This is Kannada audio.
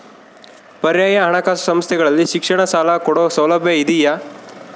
ಪರ್ಯಾಯ ಹಣಕಾಸು ಸಂಸ್ಥೆಗಳಲ್ಲಿ ಶಿಕ್ಷಣ ಸಾಲ ಕೊಡೋ ಸೌಲಭ್ಯ ಇದಿಯಾ?